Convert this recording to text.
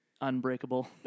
Unbreakable